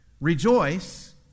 rejoice